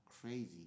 crazy